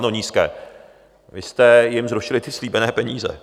No, nízké vy jste jim zrušili slíbené peníze.